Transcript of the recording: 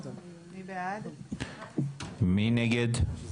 מי נגד?